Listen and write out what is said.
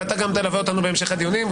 ואתה גם תלווה אותנו בהמשך הדיונים.